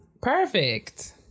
Perfect